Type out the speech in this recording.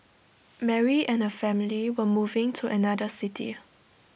Mary and her family were moving to another city